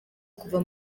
kuva